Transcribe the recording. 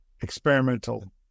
experimental